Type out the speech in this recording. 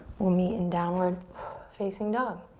we'll meet in downward facing dog.